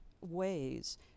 ways